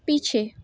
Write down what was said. पीछे